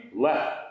left